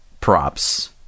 props